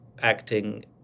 acting